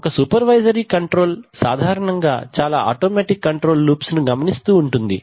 ఒక supervisor controller సాధారణంగా చాలా ఆటోమేటిక్ కంట్రోల్ లూప్స్ ను గమనిస్తూ ఉంటుంది